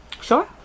Sure